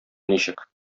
ничек